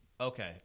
Okay